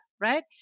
right